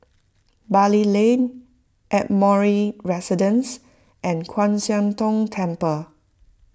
Bali Lane Residence and Kwan Siang Tng Temple